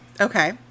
Okay